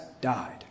died